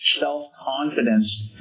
self-confidence